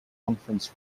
conference